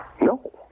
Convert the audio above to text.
No